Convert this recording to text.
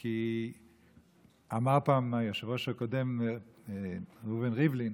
כי אמר פעם היושב-ראש הקודם ראובן ריבלין